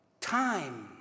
time